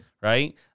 right